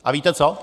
A víte co?